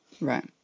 Right